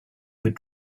would